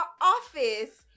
office